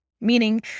meaning